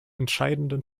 entscheidenden